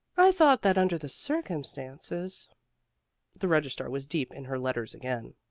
i thought that under the circumstances the registrar was deep in her letters again.